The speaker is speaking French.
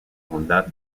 mandat